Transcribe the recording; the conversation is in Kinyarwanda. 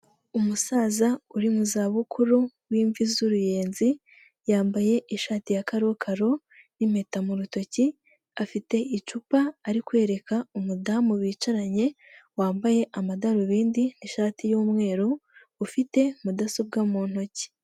Umusaza uri mu zabukuru w'imvi z'uruyenzi yambaye ishati ya karokaro n'impeta mu rutoki, afite icupa ari kwereka umudamu bicaranye wambaye amadarubindi n'ishati y'umweru ufite mudasobwa mu ntoki.